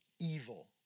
evil